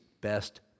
best